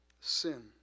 sin